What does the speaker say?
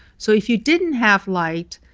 so if you didn't have light,